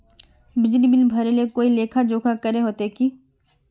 बिजली बिल भरे ले कोई लेखा जोखा करे होते की?